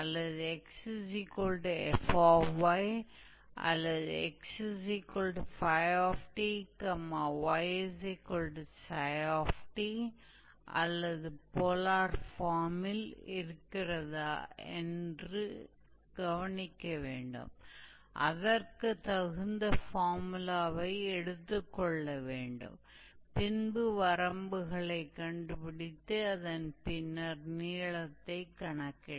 इसलिए जब आपके पास ये सामग्रियां दी जाती हैं तो आपको पता चल जाता है कि हमें किस तरह के फॉर्मूले का उपयोग करना है यहाँ 𝑑𝑦𝑑𝑥 की गणना की क्योंकि कर्व पहले से ही 𝑦 𝑓 𝑥 के रूप में दिया गया है और वहाँ से आर्क लंबाई की गणना करने के लिए यह हमारा फॉर्मूला है हमने सभी वैल्यू को प्रतिस्थापित किया और फिर हमने बस इंटिग्रेशन किया